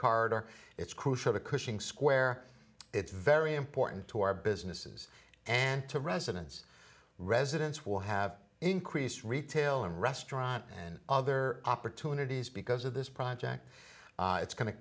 corridor it's crucial to cushing square it's very important to our businesses and to residents residents will have increased retail and restaurant and other opportunities because of this project it's going to